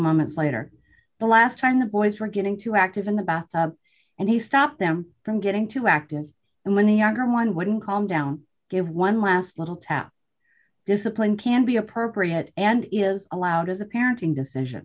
moments later the last time the boys were getting too active in the bath and he stopped them from getting too active and when the younger one wouldn't come down give one last little tap discipline can be appropriate and is allowed as a parenting decision